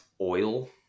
oil